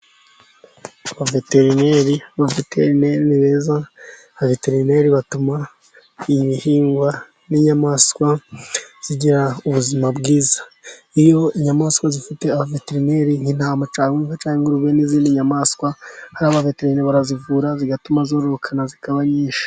Abaveterineri ,abaveterineri ni beza, abaveterineri batuma ibihingwa n'inyamaswa bigira ubuzima bwiza, iyo inyamaswa zifite abaveterineri nk'intama, cyangwa inka, ingurube n'izindi nyamaswa, hari abaveteni barazivura zigatuma zorokana zikaba nyinshi.